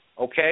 okay